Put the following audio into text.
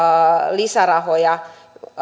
lisärahoja